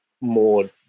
more